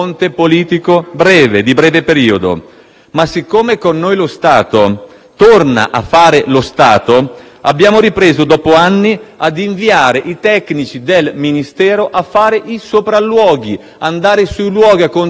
Ma, siccome con noi lo Stato torna a fare lo Stato, abbiamo ripreso dopo anni a inviare i tecnici del Ministero a fare i sopralluoghi, ad andare sui luoghi a controllare le infrastrutture